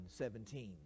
17